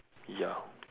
ya